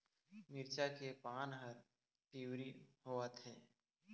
मिरचा के पान हर पिवरी होवथे?